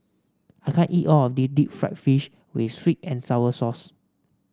I can't eat all of this Deep Fried Fish with sweet and sour sauce